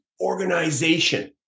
organization